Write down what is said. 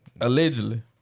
Allegedly